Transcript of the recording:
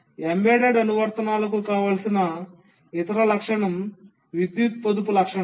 embedded అనువర్తనాలకు కావాల్సిన ఇతర లక్షణం విద్యుత్ పొదుపు లక్షణం